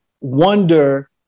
wonder